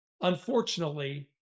Unfortunately